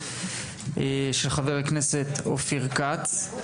של חבר הכנסת אופיר כץ,